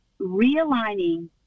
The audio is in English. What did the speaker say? realigning